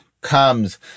comes